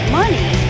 money